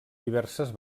diverses